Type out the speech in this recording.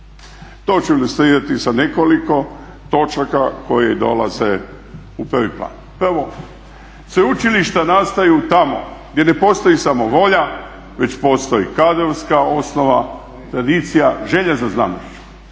To ću ilustrirati sa nekoliko točaka koje dolaze u prvi plan. Prvo, sveučilišta nastaju tamo gdje ne postoji samo volja, već postoji kadrovska osnova, tradicija, želja za znanošću.